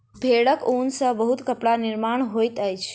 भेड़क ऊन सॅ बहुत कपड़ा निर्माण होइत अछि